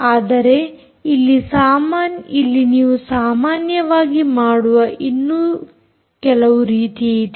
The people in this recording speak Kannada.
ಆದರೆ ಅಲ್ಲಿ ನೀವು ಸಾಮಾನ್ಯವಾಗಿ ಮಾಡುವ ಇನ್ನೂ ಕೆಲವು ರೀತಿಯಿದೆ